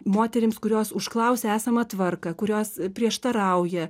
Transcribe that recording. moterims kurios užklausia esamą tvarką kurios prieštarauja